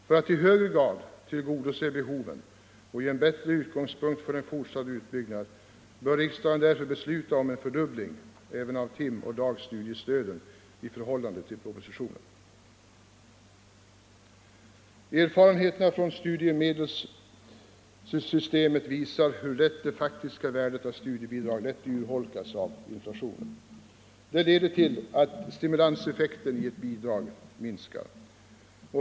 För att i högre grad tillgodose behoven och ge en bättre utgångspunkt för fortsatt utbyggnad bör riksdagen besluta om en fördubbling även av timoch dagstudiestöden i förhållande till propositionen. Erfarenheterna från studiemedelssystemet visar hur lätt det faktiska värdet av studiebidrag urholkas av inflationen. Det leder till att stimulanseffekten av ett bidrag minskar.